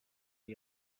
aux